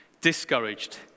Discouraged